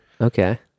okay